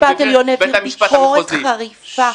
בית משפט עליון העביר ביקורת חריפה.